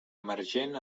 emergent